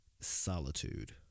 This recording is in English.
solitude